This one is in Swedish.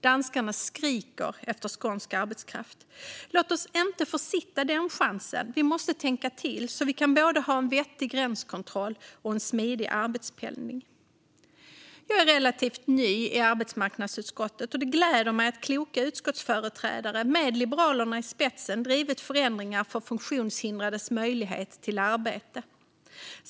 Danskarna skriker efter skånsk arbetskraft. Låt oss inte försitta den chansen. Vi måste tänka till så att vi kan ha både en vettig gränskontroll och en smidig arbetspendling. Jag är relativt ny i arbetsmarknadsutskottet, och det gläder mig att kloka utskottsföreträdare med Liberalerna i spetsen drivit förändringar för funktionshindrades möjlighet till arbete.